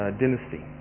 dynasty